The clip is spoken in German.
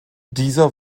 dieser